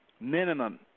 minimum